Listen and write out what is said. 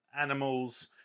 Animals